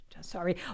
Sorry